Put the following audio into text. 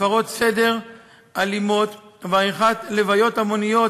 הפרות סדר אלימות ועריכת הלוויות המוניות,